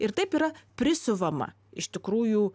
ir taip yra prisiuvama iš tikrųjų